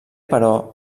però